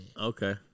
Okay